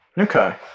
Okay